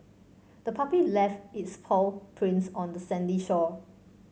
the puppy left its paw prints on the sandy shore